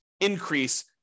increase